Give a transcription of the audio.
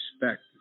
respect